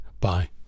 bye